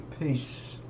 Peace